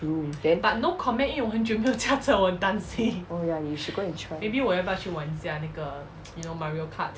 zoom then oh ya you should go and try